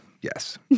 yes